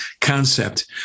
concept